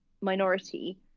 minority